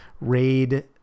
raid